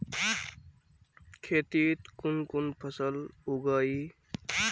खेतीत कुन कुन फसल उगेई?